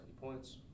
points